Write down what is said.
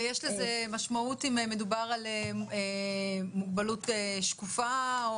ויש לזה משמעות אם מדובר על מוגבלות שקופה,